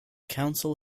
council